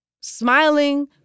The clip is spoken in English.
Smiling